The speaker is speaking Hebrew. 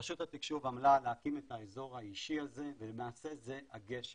רשות התקשוב עמלה להקים את האזור האישי הזה ולמעשה זה הגשר.